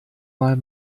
mal